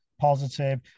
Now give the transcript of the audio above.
positive